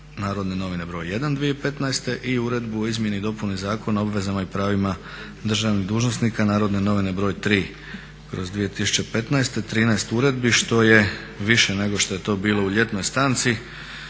Narodne novine br. 1. 2014. i Uredbu o izmjeni i dopuni Zakona o obvezama i pravima državnih dužnosnika Narodne novine br. 3/2015.. 13 uredbi što je više nego što je to bilo u ljetnoj stanci